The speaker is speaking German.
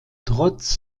trotz